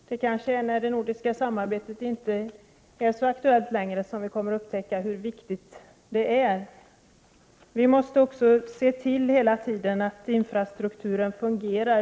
Det är kanske när det nordiska samarbetet inte är så aktuellt längre som vi kommer att upptäcka hur viktigt det är. Vi måste hela tiden se till att infrastrukturen fungerar.